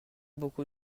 beaucoup